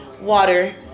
Water